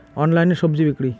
অনলাইনে স্বজি বিক্রি?